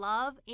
Love